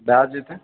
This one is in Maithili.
भए जेतै